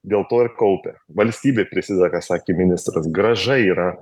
dėl to ir kaupia valstybė prisideda ką sakė ministras grąža yra